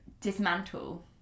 dismantle